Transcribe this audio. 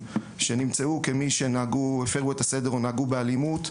שנמצאו כמי שהפרו את הסדר או נהגו באלימות,